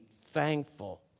thankful